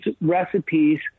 recipes